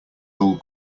dull